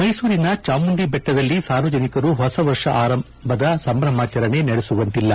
ಮೈಸೂರಿನ ಚಾಮುಂಡಿ ಬೆಟ್ಟದಲ್ಲಿ ಸಾರ್ವಜನಿಕರು ಹೊಸವರ್ಷ ಆರಂಭದ ಸಂಭ್ರಮಾಚರಣೆ ನಡೆಸುವಂತಿಲ್ಲ